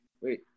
Wait